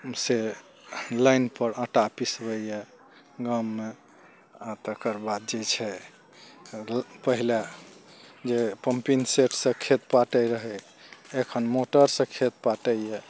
से लाइनपर आटा पिसबइमे गाममे आओर तकर बाद जे छै पहिले जे पंपिंग सेटसँ खेत पाटय रहय एखन मोटरसँ खेत पाटइए